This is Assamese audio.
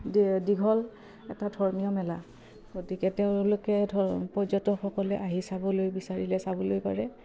দী দীঘল এটা ধৰ্মীয় মেলা গতিকে তেওঁলোকে ধ পৰ্যটকসকলে আহি চাবলৈ বিচাৰিলে চাবলৈ পাৰে